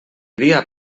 dia